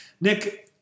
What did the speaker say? Nick